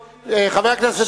בחוץ.